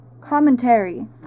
Commentary